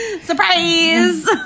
Surprise